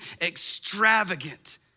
extravagant